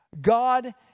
God